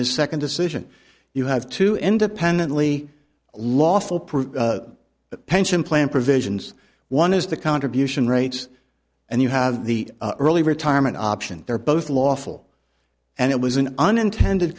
his second decision you have to independently lawful proof that pension plan provisions one is the contribution rates and you have the early retirement option they're both lawful and it was an unintended